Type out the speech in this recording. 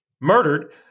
murdered